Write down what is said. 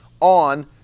on